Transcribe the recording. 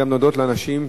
להודות לאנשים,